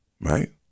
right